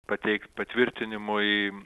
pateikt patvirtinimui